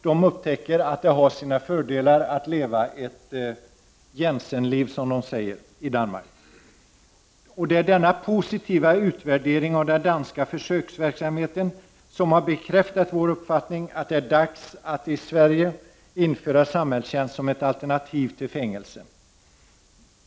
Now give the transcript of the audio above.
De upptäcker att det har sina fördelar att leva ett ”Jensenliv”, som man säger i Danmark. Den positiva utvärderingen av den danska försöksverksamheten bekräftar vår uppfattning att det nu är dags att i Sverige införa samhällstjänst såsom ett alternativ till fängelse.